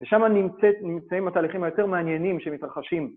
ושם נמצאים התהליכים היותר מעניינים שמתרחשים.